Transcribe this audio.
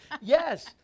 Yes